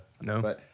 No